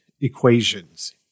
equations